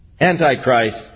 Antichrist